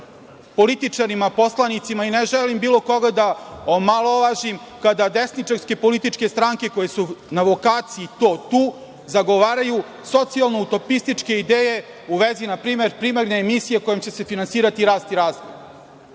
političarima, poslanicima, ne želim bilo koga da omalovažim kada desničarske političke stranke, koje su na vokaciji to tu, zagovaraju socijalno utopističke ideje u vezi, npr, primarne emisije kojom će se finansirati rast i razvoj,